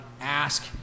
ask